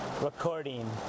recording